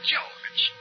George